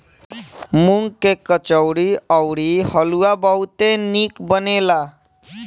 मूंग के कचौड़ी अउरी हलुआ बहुते निक बनेला